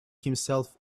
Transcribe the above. himself